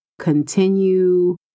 continue